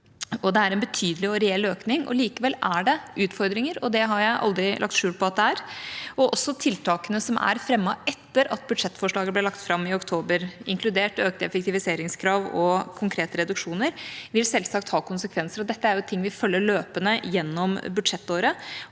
Det er en betydelig og reell økning. Likevel er det utfordringer – og det har jeg aldri lagt skjul på at det er. Også tiltakene som er fremmet etter at budsjettforslaget ble lagt fram i oktober, inkludert økte effektiviseringskrav og konkrete reduksjoner, vil selvsagt få konsekvenser. Dette er ting vi følger løpende gjennom budsjettåret.